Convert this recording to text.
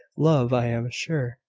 love, i am sure